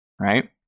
right